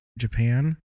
Japan